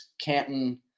Canton